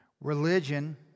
Religion